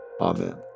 Amen